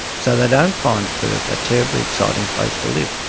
so they don't find perth a terribly exciting place to live.